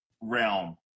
realm